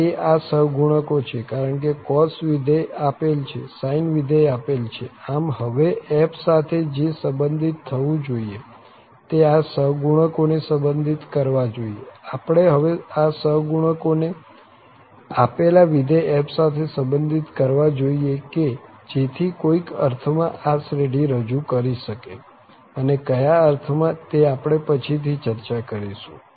આ તે આ સહગુણકો છે કારણ કે cos વિધેય આપેલ છે sine વિધેય આપેલ છે આમ હવે f સાથે જે સંબંધિત થવું જોઈએ તે આ સહગુણકો ને સંબંધિત કરવા જોઈએ આપણે હવે આ સહગુણકો ને આપેલા વિધેય f સાથે સંબંધિત કરવા જોઈએ કે જેથી કોઈક અર્થ માં આ શ્રેઢી રજુ કરી શકે અને કયા અર્થ માં તે આપણે પછી થી ચર્ચા કરીશું